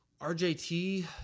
RJT